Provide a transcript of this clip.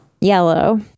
Yellow